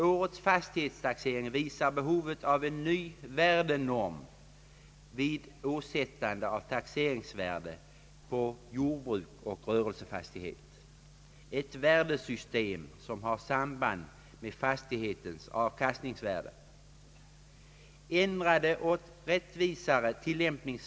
Årets fastighetstaxering visar behovet av: En ny värdenorm vid åsättande av taxeringsvärde på jordbruksoch rörelsefastigheter, ett värdesystem som har samband med fastighetens avkastningsvärde.